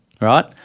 right